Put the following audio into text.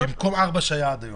במקום ארבעה כפי שהיה עד היום.